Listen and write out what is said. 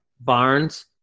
Barnes